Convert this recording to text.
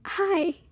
Hi